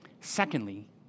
Secondly